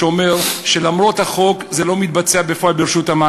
שאומר שלמרות החוק זה לא מתבצע בפועל,